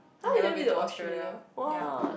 never been to Australia ya